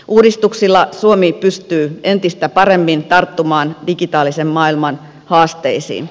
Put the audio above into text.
uudistuksilla suomi pystyy entistä paremmin tarttumaan digitaalisen maailman haasteisiin